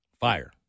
Fire